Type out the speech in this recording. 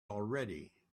already